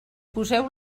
poseu